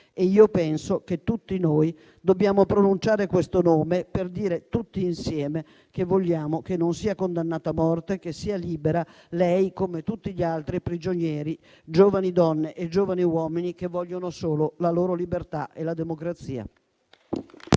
Penso che tutti noi dobbiamo pronunciare questo nome, per dire tutti insieme che vogliamo che non sia condannata a morte e sia libera, lei come tutti gli altri prigionieri, giovani donne e giovani uomini che vogliono solo la loro libertà e la democrazia.